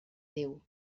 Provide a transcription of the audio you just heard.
déu